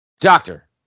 Doctor